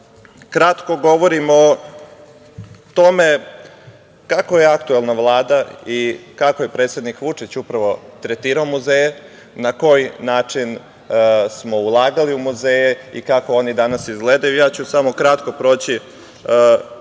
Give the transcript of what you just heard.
kratko govorim o tome kako je aktuelna Vlada i kako je predsednik Vučić upravo tretirao muzeje, na koji način smo ulagali u muzeje i kako oni danas izgledaju, ja ću samo kratko proći